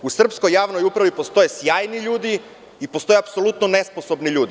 U srpskoj javnoj upravi postoje sjajni ljudi i postoje apsolutno nesposobni ljudi.